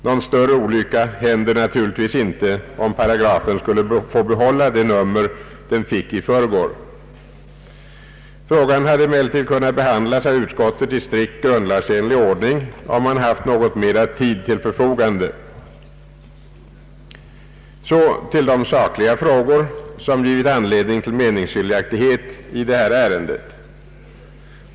Någon större olycka händer naturligtvis inte, om paragrafen skulle få behålla det nummer den fick i förrgår. Frågan hade emellertid kunnat behandlas av utskottet i strikt grundlagsenlig ordning, om man haft något mera tid till förfogande. Så till de sakliga frågor som givit anledning till meningsskiljaktighet i det här ärendet.